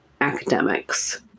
academics